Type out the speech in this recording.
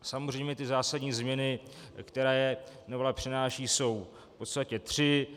Samozřejmě zásadní změny, které novela přináší, jsou v podstatě tři.